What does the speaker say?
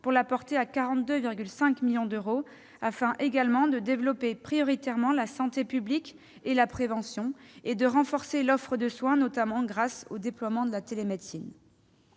pour la porter à 42,5 millions d'euros, afin également de développer en priorité la santé publique et la prévention, et de renforcer l'offre de soins, notamment grâce au déploiement de la télémédecine.